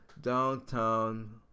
downtown